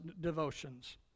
devotions